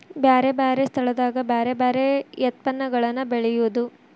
ಬ್ಯಾರೆ ಬ್ಯಾರೆ ಸ್ಥಳದಾಗ ಬ್ಯಾರೆ ಬ್ಯಾರೆ ಯತ್ಪನ್ನಗಳನ್ನ ಬೆಳೆಯುದು